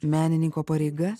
menininko pareiga